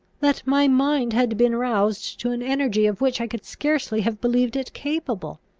that my mind had been roused to an energy of which i could scarcely have believed it capable